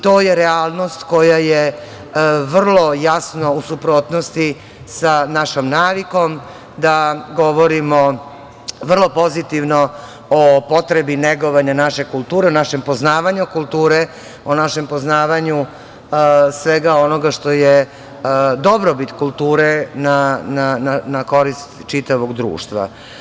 To je realnost koja je vrlo jasno u suprotnosti sa našom navikom da govorimo vrlo pozitivno o potrebi negovanja naše kulture, našem poznavanju kulture, o našem poznavanju svega onoga što je dobrobit kulture na korist čitavog društva.